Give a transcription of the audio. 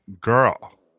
girl